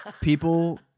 People